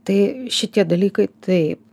tai šitie dalykai taip